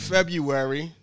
February